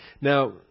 Now